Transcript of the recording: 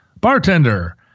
bartender